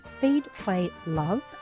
feedplaylove